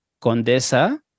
Condesa